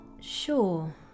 sure